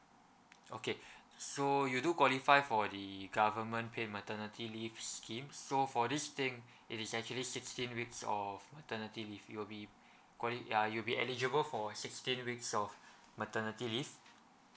okay so you do qualify for the government paid maternity leave scheme so for this thing it is actually sixteen weeks of maternity leave you'll be quali~ ya you'll be eligible for sixteen weeks of maternity leave